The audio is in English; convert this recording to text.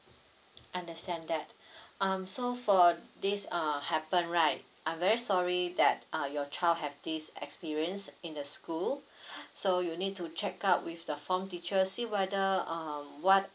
understand that um so for this uh happen right I'm very sorry that uh your child have this experience in the school so you need to check out with the form teacher see whether um what